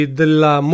della